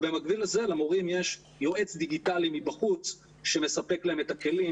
במקביל לזה למורים יש יועץ דיגיטלי מבחוץ שמספק להם את הכלים,